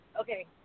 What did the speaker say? okay